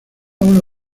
una